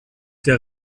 der